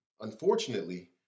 Unfortunately